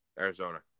Arizona